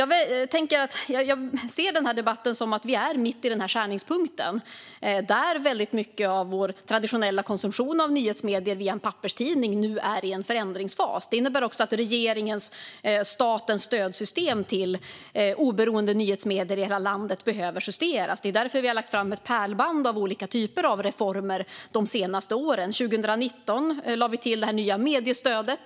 Jag ser den här debatten som att vi är mitt i denna skärningspunkt, där väldigt mycket av vår traditionella konsumtion av nyhetsmedier via en papperstidning nu är i en förändringsfas. Det innebär också att regeringens och statens stödsystem till oberoende nyhetsmedier i hela landet behöver justeras. Det är därför vi har lagt fram ett pärlband av olika typer av reformer de senaste åren. År 2019 lade vi till det nya mediestödet.